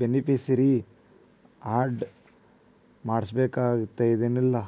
beneficiary add ಮಾಡಬೇಕನ್ತೆನಿಲ್ಲಾ